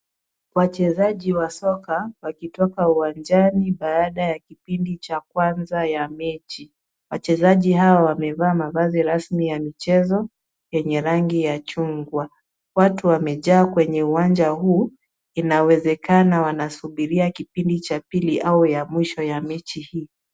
Wachezaji wa soka wakitoka uwanjani baada ya kipindi cha kwanza cha mechi. Wachezaji hao wamevaa mavazi rasmi ya michezo yenye rangi ya chungwa. Watu wamejaa kwenye uwanja huu, inawezekana wanasubiria kipindi cha pili au cha mwisho cha mechi hii.